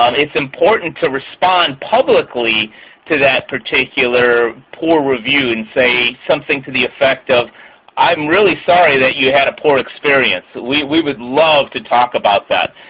um it's important to respond publicly to that particular poor review and say something to the effect of i'm really sorry that you had a poor experience. we we would love to talk about that.